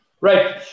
Right